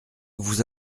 vous